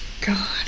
God